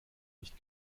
nicht